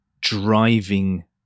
driving